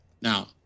Now